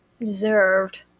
deserved